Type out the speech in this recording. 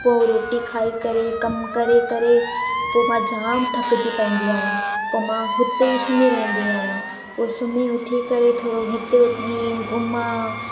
पोइ रोटी खाई करे कमु करे करे पोइ मां जाम थकिजी पवंदी आहियां पोइ मां हुते ई सुम्ही रहंदी आहियां पोइ सुम्ही उथी करे थोरो हिते हुते हीअं घुमां